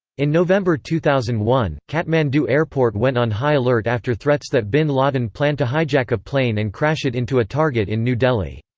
in november two thousand and one, kathmandu airport went on high alert after threats that bin laden planned to hijack a plane and crash it into a target in new delhi.